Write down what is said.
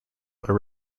are